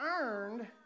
earned